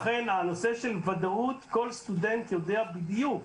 לכן, הנושא של ודאות, כל סטודנט יודע בדיוק.